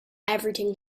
everything